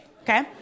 Okay